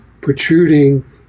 protruding